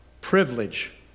privilege